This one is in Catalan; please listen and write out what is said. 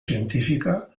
científica